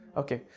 okay